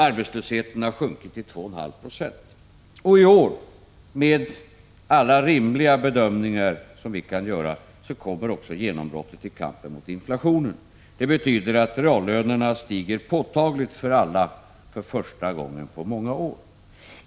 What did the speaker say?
Arbetslösheten har sjunkit till 2,5 26, och i år — med alla rimliga bedömningar som vi kan göra — kommer också genombrottet i kampen mot inflationen. Det betyder att reallönerna stiger påtagligt för alla för första gången på många år.